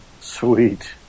Sweet